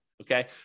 Okay